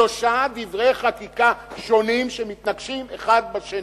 שלושה דברי חקיקה שונים שמתנגשים אחד בשני,